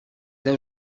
deu